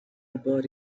about